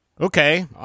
Okay